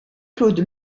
claude